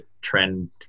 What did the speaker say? trend